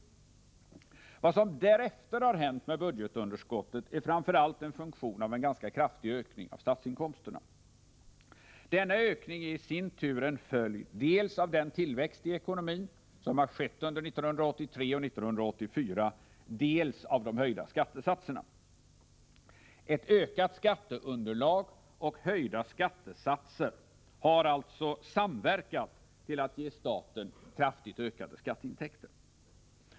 Vad som därefter har hänt med budgetunderskottet är framför allt en funktion av en ganska kraftig ökning av statsinkomsterna. Denna ökning är i sin tur en följd dels av den tillväxt i ekonomin som har skett under 1983 och 1984, dels av de höjda skattesatserna. Ett ökat skatteunderlag och höjda skattesatser har alltså samverkat till att ge staten kraftigt ökade skatteintäkter.